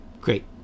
Great